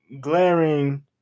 glaring